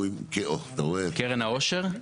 קרן העושר?